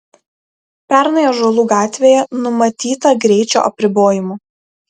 pernai ąžuolų gatvėje numatyta greičio apribojimų